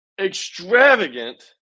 extravagant